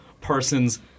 persons